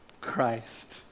Christ